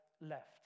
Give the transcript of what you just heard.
left